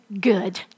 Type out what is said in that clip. good